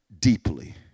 Deeply